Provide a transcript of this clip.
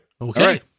Okay